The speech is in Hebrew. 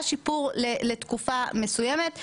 לתקופה מסוימת.